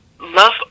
Love